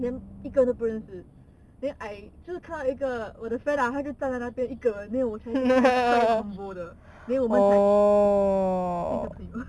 then 一个人都不认识 then I 是看到一个我的 friend lah 他一直站在那边一个人 and then 我才 combo 的 then 我们才变成朋友的